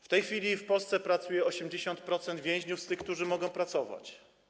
W tej chwili w Polsce pracuje 80% więźniów z tych, którzy mogą pracować.